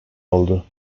oldu